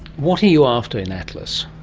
what are you after in atlas?